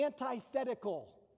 antithetical